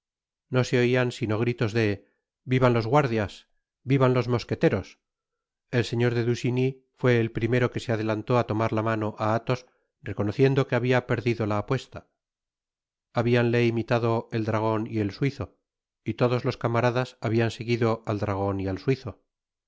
no se oian sino gritos de vivan los guardias vivan los mosqueteros el señor de busiñy fué el primero que se adelantó á tomar la mano á athos reconociendo que habia perdido la apuesta habianle imitado el dragon y el suizo y todos los caniaradas habian seguido al dragon y al suizo